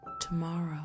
tomorrow